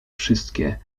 wszystkie